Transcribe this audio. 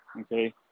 okay